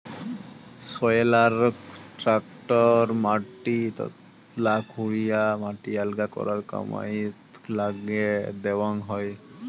সয়েলারক tractor মাটি তলা খুরিয়া মাটি আলগা করার কামাইয়ত নাগে দ্যাওয়াং হই